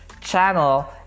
channel